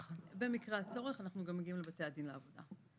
במקרה הצורך אנחנו גם מגיעים לבתי הדין לעבודה.